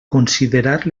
considerar